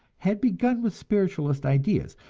had begun with spiritualist ideas,